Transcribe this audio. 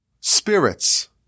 spirits